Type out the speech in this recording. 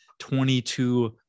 22